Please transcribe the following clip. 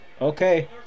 okay